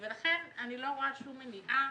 ולכן אני לא רואה שום מניעה